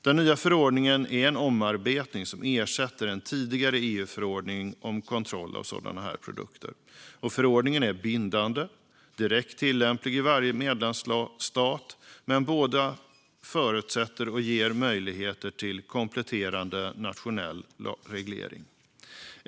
Den nya förordningen är en omarbetning som ersätter en tidigare EU-förordning om kontroll av sådana produkter. Förordningen är bindande och direkt tillämplig i varje medlemsstat. Men båda förutsätter och ger möjligheter till kompletterande nationell reglering.